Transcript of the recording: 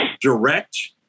direct